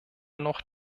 noch